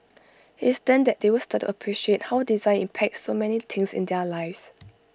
IT is then that they will start to appreciate how design impacts so many things in their lives